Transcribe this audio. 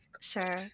Sure